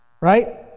right